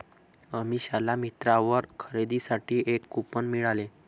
अमिषाला मिंत्रावर खरेदीसाठी एक कूपन मिळाले